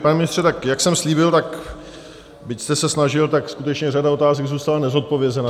Pane ministře, tak jak jsem slíbil, tak byť jste se snažil, tak skutečně řada otázek zůstala nezodpovězena.